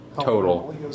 total